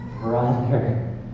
brother